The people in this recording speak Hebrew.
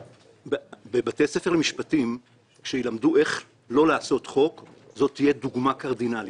כשילמדו בבתי ספר למשפטים איך לא לעשות חוק זו תהיה דוגמה קרדינלית.